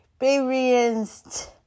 experienced